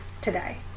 today